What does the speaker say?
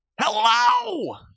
Hello